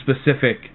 specific